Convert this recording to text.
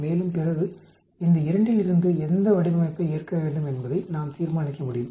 மேலும் பிறகு இந்த இரண்டிலிருந்து எந்த வடிவமைப்பை ஏற்க வேண்டும் என்பதை நாம் தீர்மானிக்க முடியும்